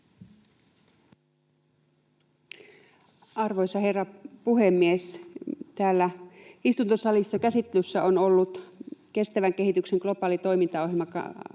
Arvoisa herra puhemies! Täällä istuntosalissa käsittelyssä on ollut kestävän kehityksen globaali toimintaohjelma